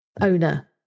owner